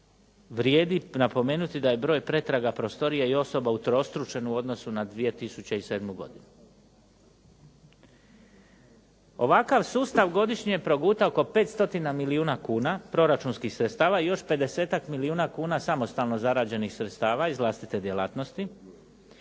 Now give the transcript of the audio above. vrijedi napomenuti da je broj pretraga prostorija i osoba utrostručen u odnosu na 2007. godinu. Ovakav sustav godišnje proguta oko 500 milijuna kuna proračunskih sredstava i još 50-tak milijuna kuna samostalno zarađenih sredstava iz vlastite djelatnosti